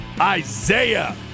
isaiah